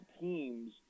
teams